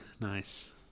Nice